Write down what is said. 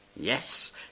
yes